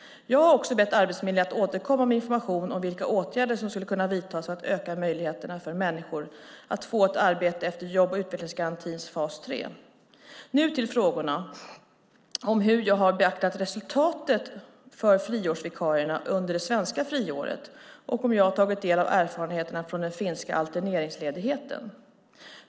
Jag har också bett Arbetsförmedlingen att återkomma med information om vilka åtgärder som skulle kunna vidtas för att öka möjligheterna för människor att få ett arbete efter jobb och utvecklingsgarantins fas 3. Nu till frågorna om hur jag har beaktat resultatet för friårsvikarierna under det svenska friåret och om jag har tagit del av erfarenheterna från den finska alterneringsledigheten.